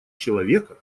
человека